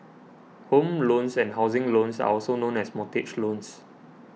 home loans and housing loans are also known as mortgage loans